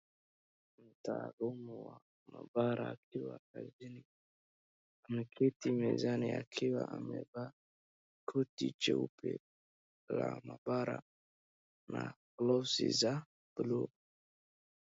Mtaalumu wa maabara akiwa kazini, ameketi mezani akiwa amevaa koti jeupe la maabara na gloves za blue .